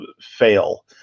fail